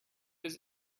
his